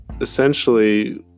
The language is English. essentially